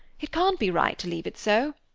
it can't be right to leave it so.